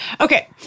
Okay